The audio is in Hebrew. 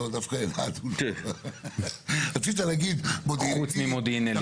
רצית להגיד מודיעין עילית,